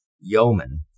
yeoman